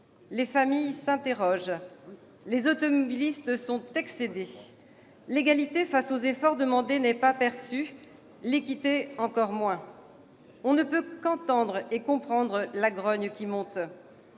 les familles s'interrogent, les automobilistes sont excédés. L'égalité face aux efforts demandés n'est pas perçue, l'équité encore moins. On ne peut qu'entendre et comprendre la grogne qui monte.